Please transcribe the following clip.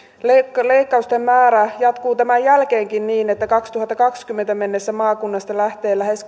leikkausten määrä jatkuu tämän jälkeenkin niin että vuoteen kaksituhattakaksikymmentä mennessä maakunnasta lähtee lähes